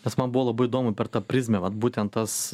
nes man buvo labai įdomu per tą prizmę vat būtent tas